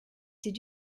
did